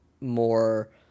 more